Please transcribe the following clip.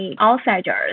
outsiders